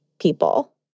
people